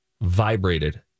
vibrated